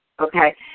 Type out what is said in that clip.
Okay